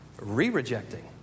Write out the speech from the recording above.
re-rejecting